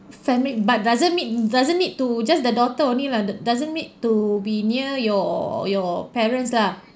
family but doesn't need doesn't need to just the daughter only lah does~ doesn't need to be near your your parents lah